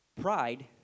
pride